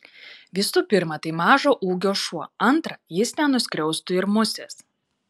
visų pirma tai mažo ūgio šuo antra jis nenuskriaustų ir musės